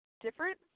different